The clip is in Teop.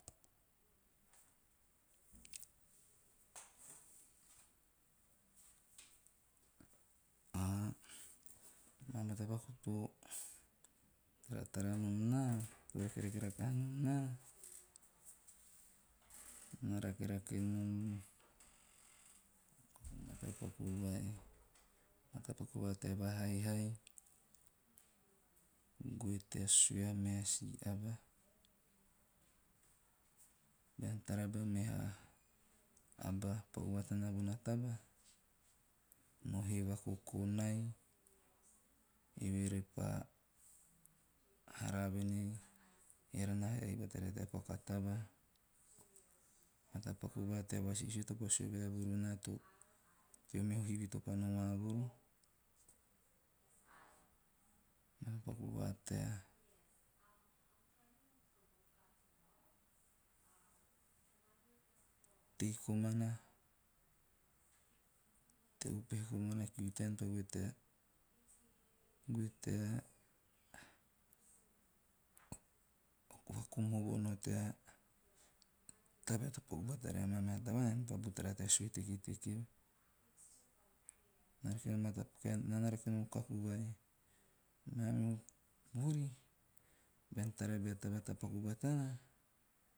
ah, maa matapaku to taratara nom naa to rakerake rakaha nom naa, naa na rakerake nom. O matapaku vai, matapaku vai tea va haihai, goe tea sue a meha si aba. Bean tara bea meha aba paku batana bona meha taba, no hee vakokonai eove repa hara voen ei eara na haihai bata rae tea paku a taba. Matapaku va tea vasisio to pa sue vaevuru naa teo meho hivi topa noma vuru matapaku va tea tei komana, tea upehe komana kiu tean tea goe tea - vakom hovo tea tabae to paku bata ria meha tavaan ean pa butara sue tekiteki eve. Naa na rake nom o kaku vai. Mamihu vuri, bean tara tabae tapaku batana.